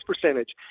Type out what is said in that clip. percentage